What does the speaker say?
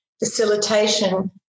facilitation